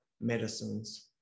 medicines